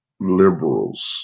liberals